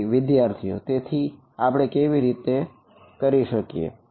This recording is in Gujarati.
વિદ્યાર્થી તેથી આપણે કેવી રીતે કરી શકીએ